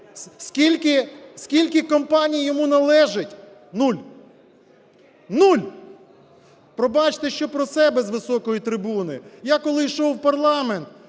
Скільки компаній йому належить? Нуль. Нуль. Пробачте, що про себе з високої трибуни. Я коли йшов в парламент,